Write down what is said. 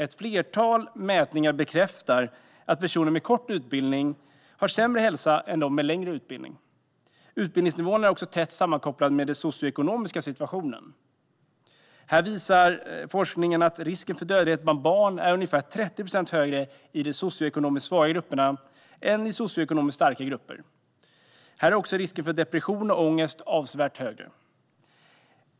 Ett flertal mätningar bekräftar att personer med kort utbildning har sämre hälsa än personer med längre utbildning. Utbildningsnivån är också tätt sammankopplad med den socioekonomiska situationen. Forskningen visar att risken för dödlighet bland barn är ungefär 30 procent högre i socioekonomiskt svaga grupper än i socioekonomiskt starka grupper. Här är också risken för depression och ångest avsevärt högre.